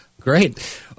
Great